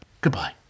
Goodbye